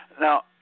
Now